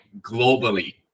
globally